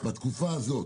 בתקופה הזאת